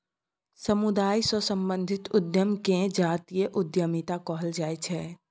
समुदाय सँ संबंधित उद्यम केँ जातीय उद्यमिता कहल जाइ छै